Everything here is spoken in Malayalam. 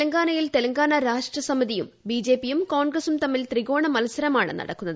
തെലങ്കാനയിൽ തെലങ്കാന രാഷ്ട്ര സമിതിയും ബി ജെ പിയും കോൺഗ്രസും തമ്മിൽ ത്രികോണ മത്സരമാണ് നടക്കുന്നത്